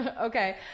Okay